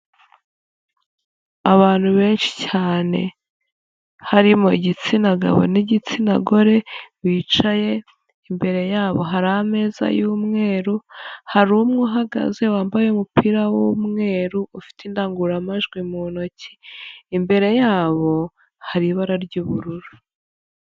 Abantu benshi cyane, harimo igitsina gabo n'igitsina gore bicaye, imbere yabo hari ameza y'umweru, hari umwe uhagaze wambaye umupira w'umweru, ufite indangururamajwi mu ntoki. Imbere yabo hari ibara ry'ubururu.